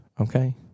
Okay